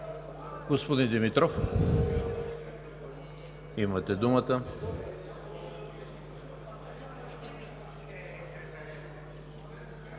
Господин Димитров, имате думата.